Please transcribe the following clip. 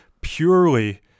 purely